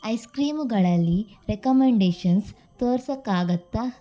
ice ಕ್ರೀಮುಗಳಲ್ಲಿ recommendations ತೋರಿಸಕ್ಕಾಗತ್ತ